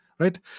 Right